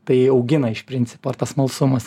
tai augina iš principo ar tas smalsumas